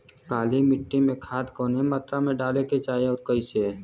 काली मिट्टी में खाद कवने मात्रा में डाले के चाही अउर कइसे?